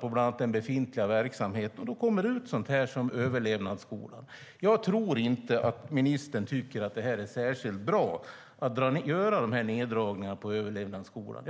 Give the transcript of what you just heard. bland annat på den befintliga verksamheten, och då kommer det fram sådant som detta med överlevnadsskolan. Jag tror inte att ministern tycker att det är särskilt bra att göra de här neddragningarna på överlevnadsskolan.